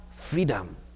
freedom